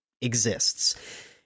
exists